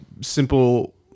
simple